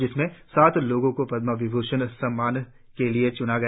जिसमें सात लोगों को पद्मा विभूषण सम्मान के लिए च्ना गया